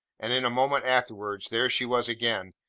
and in a moment afterwards, there she was again,